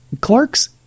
Clark's